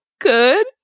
good